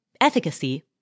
efficacy